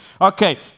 Okay